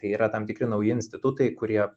tai yra tam tikri nauji institutai kurie